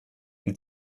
die